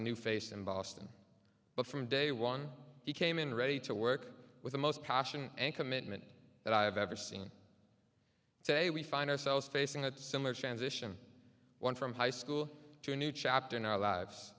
a new face in boston but from day one he came in ready to work with the most passion and commitment that i have ever seen today we find ourselves facing a similar transition one from high school to a new chapter in our lives